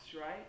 right